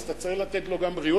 אז אתה צריך לתת לו גם בריאות,